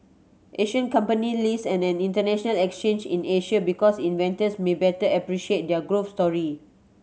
Asian company list on an international exchange in Asia because its investors may better appreciate their growth story